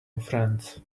friends